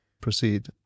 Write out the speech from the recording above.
proceed